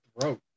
throat